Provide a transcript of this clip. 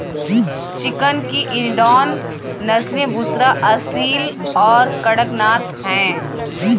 chicken की इनिडान नस्लें बुसरा, असील और कड़कनाथ हैं